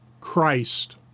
Christ